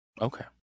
Okay